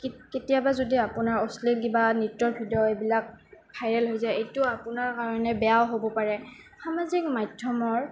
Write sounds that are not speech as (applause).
কেতিয়াবা যদি আপোনাৰ অশ্লীল কিবা নৃত্যৰ (unintelligible) এইবিলাক ভাইৰেল হৈ যায় এইটো আপোনাৰ কাৰণে বেয়াও হ'ব পাৰে সামাজিক মাধ্যমৰ